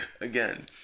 again